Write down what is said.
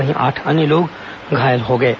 वहीं आठ अन्य लोग घायल हो गए हैं